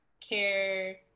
care